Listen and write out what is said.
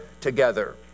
together